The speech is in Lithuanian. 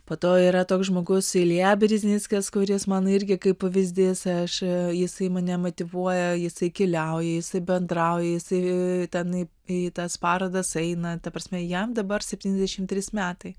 po to yra toks žmogus bereznickas kuris man irgi kaip pavyzdinis jisai mane motyvuoja jisai keliauja jisai bendrauja jisai tenai į tas parodas eina ta prasme jam dabar septyniasdešim trys metai